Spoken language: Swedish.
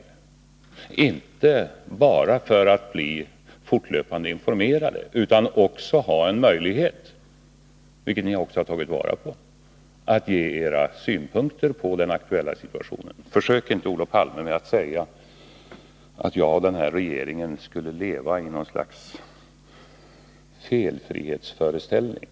Det var dock inte bara för att ni skulle bli fortlöpande informerade utan också för att ni skulle ha en möjlighet — vilken ni också har tagit vara på — att ge era synpunkter på den aktuella situationen. Försök inte, Olof Palme, med att säga att jag eller den här regeringen skulle leva i något slags felfrihetsföreställning!